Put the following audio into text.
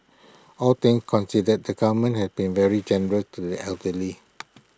all things considered the government has been very generous to the elderly